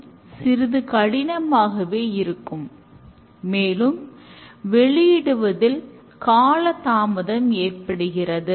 இந்த ஒருங்கிணைப்பானது ஒரு நாளில் பலமுறை நடக்கிறது